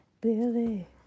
Billy